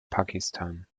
pakistan